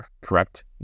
correct